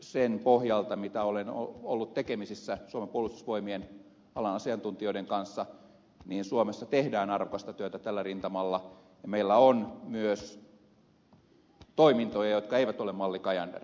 sen pohjalta mitä olen ollut tekemisissä suomen puolustusvoimien alan asiantuntijoiden kanssa tiedän että suomessa tehdään arvokasta työtä tällä rintamalla ja meillä on myös toimintoja jotka eivät ole mallia cajander